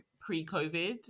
pre-COVID